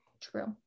True